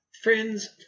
friends